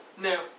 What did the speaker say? No